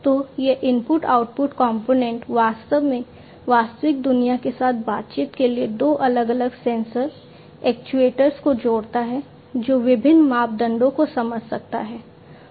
तो यह input output component वास्तव में वास्तविक दुनिया के साथ बातचीत के लिए दो अलग अलग सेंसर एक्चुएटर्स को जोड़ता है जो विभिन्न मापदंडों को समझ सकता है